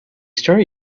start